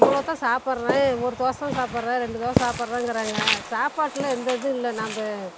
இவ்வளோ தான் சாப்பிட்றேன் ஒரு தோசை தான் சாப்பிட்றேன் ரெண்டு தோசை சாப்பிட்றேங்கிறாங்க சாப்பாட்டில் எந்த இதுவும் இல்லை நாம்ம